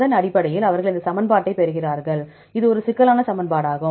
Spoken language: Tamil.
அதன் அடிப்படையில் அவர்கள் இந்த சமன்பாட்டைப் பெறுகிறார்கள் இது ஒரு சிக்கலான சமன்பாடாகும்